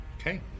Okay